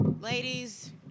ladies